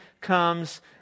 comes